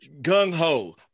gung-ho